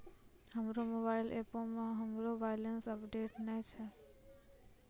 हमरो मोबाइल एपो मे हमरो बैलेंस अपडेट नै छै